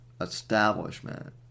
establishment